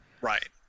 right